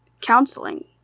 counseling